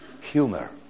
Humor